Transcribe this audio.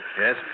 Yes